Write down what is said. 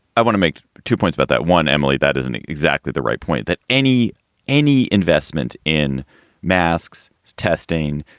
i want to make two points about that one, emily, that isn't exactly the right point that any any investment in mask's testing,